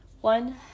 one